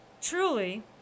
truly